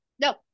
No